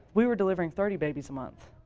we were delivering thirty babies a month.